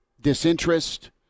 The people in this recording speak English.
disinterest